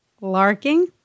Larking